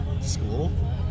School